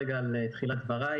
לפעול.